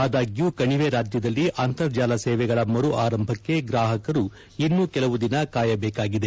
ಆದಾಗ್ಲೂ ಕಣಿವೆ ರಾಜ್ಜದಲ್ಲಿ ಅಂತರ್ಜಾಲ ಸೇವೆಗಳ ಮರು ಆರಂಭಕ್ಕೆ ಗ್ರಾಹಕರು ಇನ್ನು ಕೆಲವು ದಿನ ಕಾಯಬೇಕಾಗಿದೆ